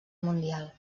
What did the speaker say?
mundial